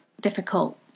difficult